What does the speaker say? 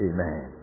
Amen